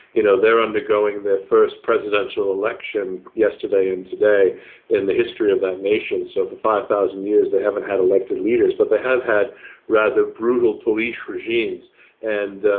you know they're undergoing their first presidential election yesterday and today in the history of the nations of the five thousand years they haven't had elected leaders but they have had rather brutal police regimes and